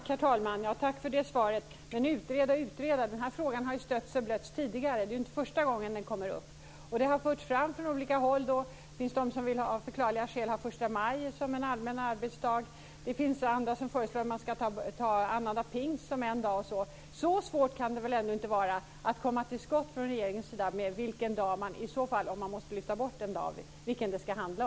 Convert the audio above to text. Herr talman! Tack för det svaret! Men utreda och utreda, den här frågan har stötts och blötts tidigare. Det är inte första gången den kommer upp. Det har förts fram förslag från olika håll. Det finns de som av förklarliga skäl vill ha första maj som en vanlig arbetsdag. Det finns andra som föreslår att man ska välja annandag pingst. Så svårt kan det väl ändå inte vara att från regeringens sida komma till skott med vilken dag det ska handla om, om man måste lyfta bort en dag.